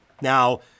Now